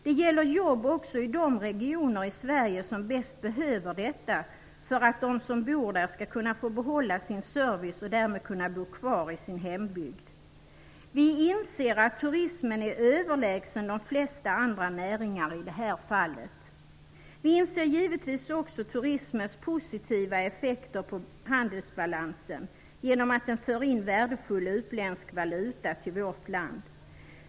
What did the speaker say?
Det gäller jobb också i de regioner i Sverige som bäst behöver detta, för att de som bor där skall kunna få behålla sin service och därmed kunna bo kvar i sin hembygd. Vi inser att turismen är överlägsen de flesta andra näringar i det här fallet. Vi inser givetvis också turismens positiva effekter på handelsbalansen, genom att den för in värdefull utländsk valuta till vårt land.